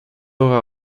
aura